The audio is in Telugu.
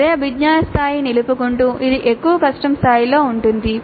అదే అభిజ్ఞా స్థాయిని నిలుపుకుంటూ ఇది ఎక్కువ కష్టం స్థాయిలో ఉంటుంది